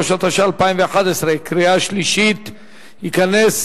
63), התשע"א 2011, נתקבל.